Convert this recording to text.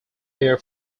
air